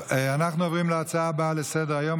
אנחנו עוברים להצעה הבאה על סדר-היום,